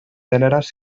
gèneres